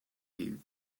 you